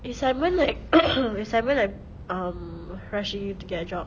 is simon like is simon like um rushing you to get a job